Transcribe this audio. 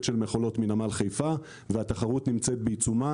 של מכולות מנמל חיפה והתחרות נמצאת בעיצומה,